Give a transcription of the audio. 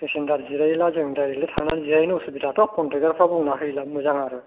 passenger जिरायोब्ला जों directly थांनानै जिरायनो उसुबिदाथ' कनटेकटारफ्रा बुंना होयोला मोजां आरो